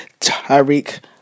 Tyreek